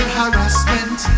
harassment